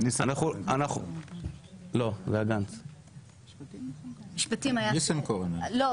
זה לא המקרה היחיד, לצערי, שחבר כנסת פונה, לא